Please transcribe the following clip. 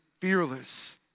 fearless